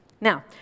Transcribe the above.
Now